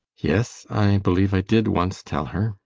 yes, i believe i did once tell her.